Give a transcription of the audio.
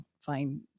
find